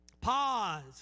Pause